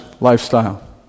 lifestyle